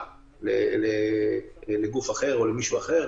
של איש משטרה לגוף אחר ולמישהו אחר,